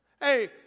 Hey